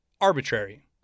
arbitrary